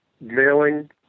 mailing